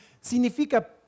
significa